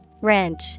Wrench